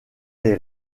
les